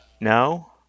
No